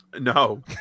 No